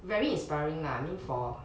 very inspiring lah I mean for